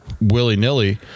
willy-nilly